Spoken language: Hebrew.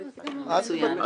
מצוין,